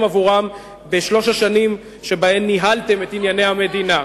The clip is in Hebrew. עבורם בשלוש השנים שבהן ניהלתם את ענייני המדינה.